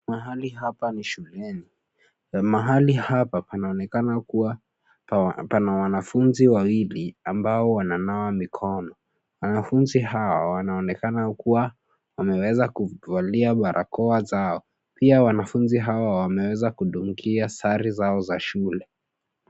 Mahali hapa ni shuleni. Mahali hapa panaonekana kuwa pana wanafunzi wawili ambao wananawa mikono. Wanafunzi hao, wanaonekana kuwa wameweza kuvalia barakoa zao. Pia wanafunzi hawa wameweza kudumikia sare zao za shule.